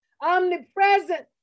Omnipresent